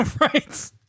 right